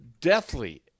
deathly